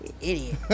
Idiot